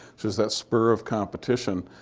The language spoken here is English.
there's that spur of competition.